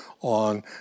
on